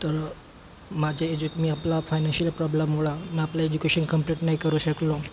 तर माझे जे क मी आपला फायनॅशियल प्रॉब्लेममुळे आपले एज्युकेशन कंप्लिट नाही करू शकलो